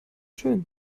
schön